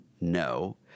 No